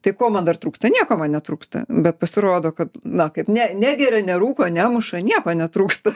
tai ko man dar trūksta nieko man netrūksta bet pasirodo kad na kaip ne negeria nerūko nemuša nieko netrūksta